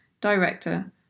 director